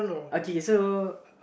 okay okay so